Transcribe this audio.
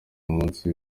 umunsi